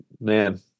man